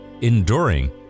enduring